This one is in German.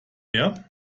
mehr